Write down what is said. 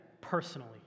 personally